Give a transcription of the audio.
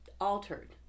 altered